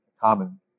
common